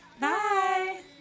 Bye